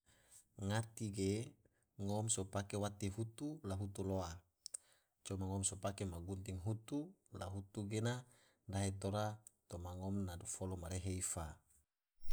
Ngati ge ngom so pake wati hutu la hutu loa, coma ngom so pake ma gunting hutu la gunting gena dahe tora toma ngom na folo ma rehe ifa.